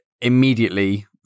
immediately